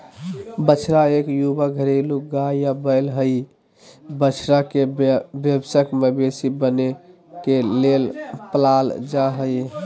बछड़ा इक युवा घरेलू गाय या बैल हई, बछड़ा के वयस्क मवेशी बने के लेल पालल जा हई